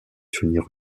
tenir